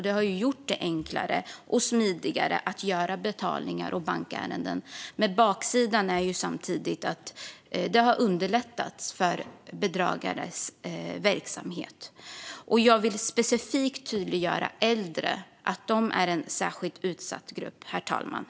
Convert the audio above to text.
Det har gjort det enklare och smidigare att göra betalningar och bankärenden, men baksidan är att det samtidigt har underlättat för bedragares verksamhet. Jag vill specifikt framhålla att äldre är en särskilt utsatt grupp, herr talman.